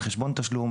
"חשבון תשלום",